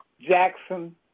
Jackson